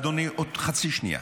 אדוני, עוד חצי שנייה,